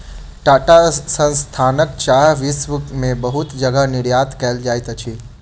टाटा संस्थानक चाह विश्व में बहुत जगह निर्यात कयल जाइत अछि